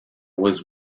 was